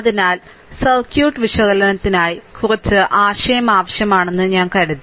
അതിനാൽ സർക്യൂട്ട് വിശകലനത്തിനായി കുറച്ച് ആശയം ആവശ്യമാണെന്ന് ഞാൻ കരുതി